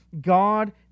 God